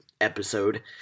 episode